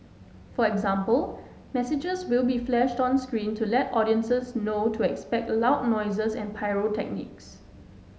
for example messages will be flashed on screen to let audiences know to expect loud noises and pyrotechnics